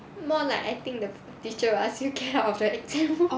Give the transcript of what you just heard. more like I think the teacher will ask you get out of the exam